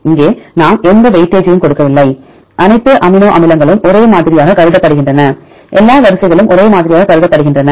இங்கே நாம் எந்த வெயிட்டேஜையும் கொடுக்கவில்லை அனைத்து அமினோ அமிலங்களும் ஒரே மாதிரியாகக் கருதப்படுகின்றன எல்லா வரிசைகளும் ஒரே மாதிரியாகக் கருதப்படுகின்றன